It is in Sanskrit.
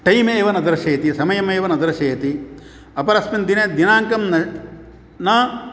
टैम् एव न दर्शयति समयम् एव न दर्शयति अपरेस्मिन् दिने दिनाङ्कं न न